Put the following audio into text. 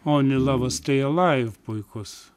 onli lavers stei alaiv puikus